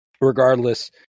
regardless